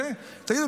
תגידו,